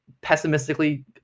pessimistically